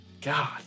God